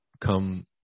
come